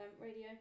radio